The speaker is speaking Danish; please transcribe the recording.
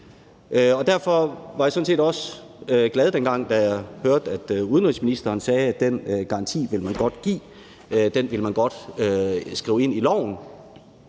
dengang jeg hørte udenrigsministeren sige, at den garanti ville man godt give og ville man godt skrive ind i loven.